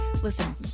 Listen